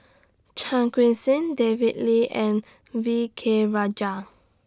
Chan Seng David Lee and V K Rajah